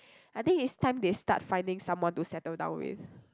I think it's time they start finding someone to settle down with